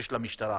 יש למשטרה.